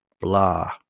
blah